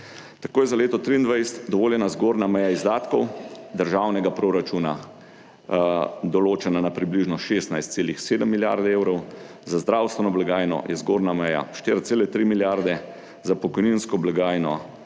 Tako je za leto 23 dovoljena zgornja meja izdatkov državnega proračuna določena na približno 16,7 milijard evrov, za zdravstveno blagajno je zgornja meja 4,3 milijarde, za pokojninsko blagajno